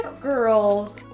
girl